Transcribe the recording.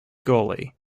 gully